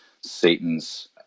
Satan's